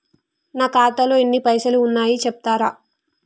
నా ఖాతాలో ఎన్ని పైసలు ఉన్నాయి చెప్తరా?